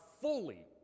fully